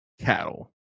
cattle